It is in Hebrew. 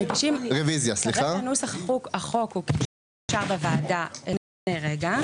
כרגע נוסח החוק הוא כפי שאושר בוועדה לפני רגע.